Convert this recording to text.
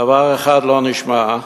דבר אחד לא נשמע,